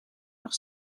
nog